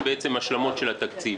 אלו השלמות של התקציב.